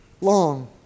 long